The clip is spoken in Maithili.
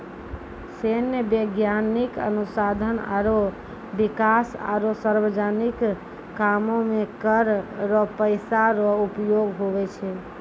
सैन्य, वैज्ञानिक अनुसंधान आरो बिकास आरो सार्वजनिक कामो मे कर रो पैसा रो उपयोग हुवै छै